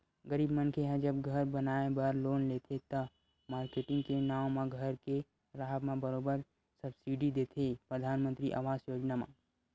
गरीब मनखे ह जब घर बनाए बर लोन देथे त, मारकेटिंग के नांव म घर के राहब म बरोबर सब्सिडी देथे परधानमंतरी आवास योजना म